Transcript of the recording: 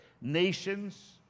Nations